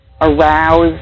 aroused